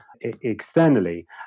Externally